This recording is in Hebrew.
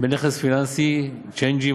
בנכס פיננסי, צ'יינג'ים.